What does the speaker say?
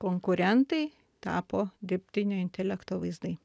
konkurentai tapo dirbtinio intelekto vaizdai